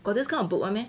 got this kind of book [one] meh